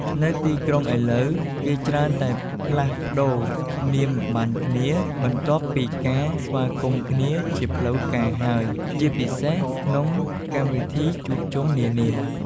នៅទីក្រុងឥឡូវ គេច្រើនតែផ្លាស់ប្តូរនាមប័ណ្ណគ្នា បន្ទាប់ពីការស្វាគមន៍គ្នាជាផ្លូវការហើយ ជាពិសេសក្នុងកម្មវិធីជួបជុំនានា។